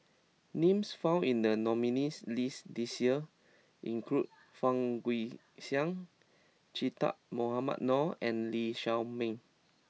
names found in the nominees' list this year include Fang Guixiang Che Dah Mohamed Noor and Lee Shao Meng